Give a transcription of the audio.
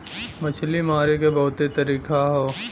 मछरी मारे के बहुते तरीका हौ